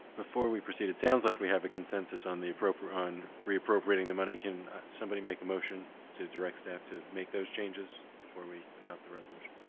before we proceed, it sounds like we have a consensus on the on reappropriating the money. can somebody make a motion to direct staff to make those changes before we adopt the resolution?